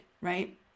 right